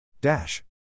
Dash